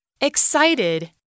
Excited